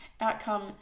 Outcome